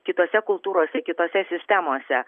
kitose kultūrose kitose sistemose